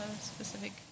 specific